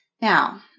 Now